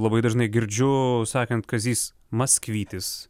labai dažnai girdžiu sakant kazys maskvytis